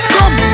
Come